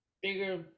bigger